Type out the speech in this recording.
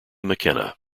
mckenna